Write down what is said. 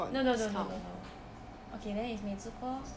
no no no no no no okay then it's 美兹锅 lor